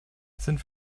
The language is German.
sind